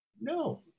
no